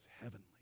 heavenly